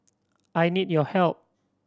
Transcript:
I need your help